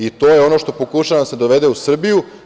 I to je ono što pokušava da se dovede u Srbiju.